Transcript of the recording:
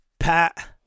Pat